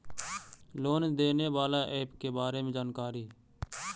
Loan देने बाला app के बारे मे जानकारी?